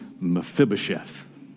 Mephibosheth